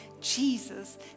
Jesus